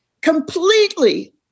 completely